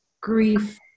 grief